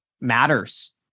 matters